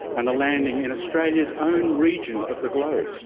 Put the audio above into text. and a landing in australia's own region of the globe,